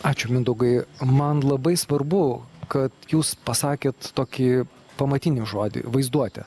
ačiū mindaugai man labai svarbu kad jūs pasakėt tokį pamatinį žodį vaizduotė